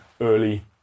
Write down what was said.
early